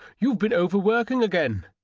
you've been overworking again.